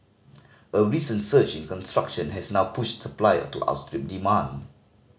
a recent surge in construction has now pushed supplier to outstrip demand